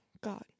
God